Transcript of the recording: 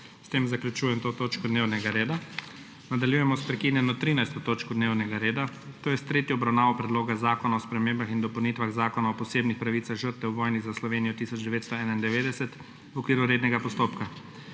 S tem zaključujem to točko dnevnega reda. **Nadaljujemo s prekinjeno 13. točko dnevnega reda, to je s tretjo obravnavo Predloga zakona o spremembah in dopolnitvah Zakona o posebnih pravicah žrtev v vojni za Slovenijo 1991 v okviru rednega postopka.**